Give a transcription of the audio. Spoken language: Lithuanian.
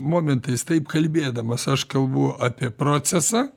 momentais taip kalbėdamas aš kalbu apie procesą